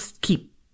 keep